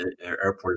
airport